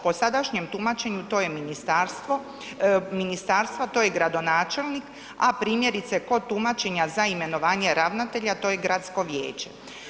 Po sadašnjem tumačenju, to je ministarstvo, to je gradonačelnik a primjerice kod tumačenja za imenovanje ravnatelja, to je gradsko vijeće.